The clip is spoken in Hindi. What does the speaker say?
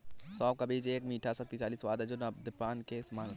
सौंफ का बीज में एक मीठा, शक्तिशाली स्वाद है जो नद्यपान के समान है